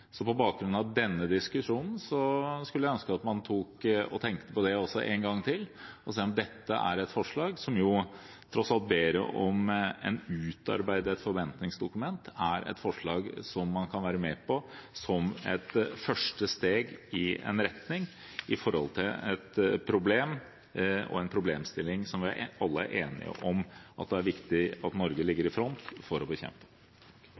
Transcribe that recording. Så på bakgrunn av denne diskusjonen skulle jeg ønske at man tenkte på det én gang til, for å se på om dette forslaget, der man tross alt ber om et utarbeidet forventningsdokument, er et forslag som man kan være med på som et første steg i en retning, med tanke på et problem og en problemstilling som vi alle er enige om at det er viktig at Norge ligger i front for å bekjempe.